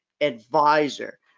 advisor